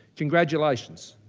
congratulations.